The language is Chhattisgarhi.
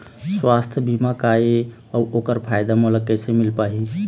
सुवास्थ बीमा का ए अउ ओकर फायदा मोला कैसे मिल पाही?